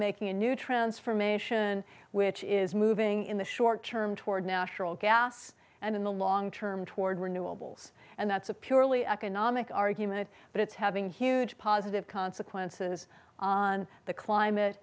making a new transformation which is moving in the short term toward natural gas and in the long term toward renewables and that's a purely economic argument but it's having huge positive consequences on the climate